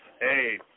Hey